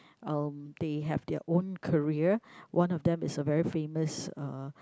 um they have their own career one of them is a very famous uh